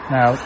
Now